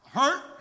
Hurt